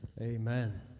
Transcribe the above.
Amen